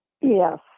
Yes